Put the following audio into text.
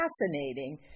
fascinating